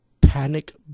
Panic